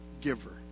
giver